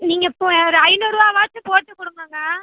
நீங்கள் இப்போ ஒரு ஐநூறுவாவாச்சும் போட்டுக் கொடுங்கங்க